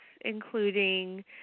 including